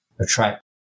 attract